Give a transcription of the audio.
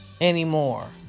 anymore